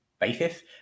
basis